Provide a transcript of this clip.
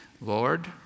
Lord